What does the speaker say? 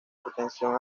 hipertensión